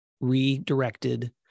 redirected